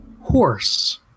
horse